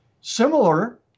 similar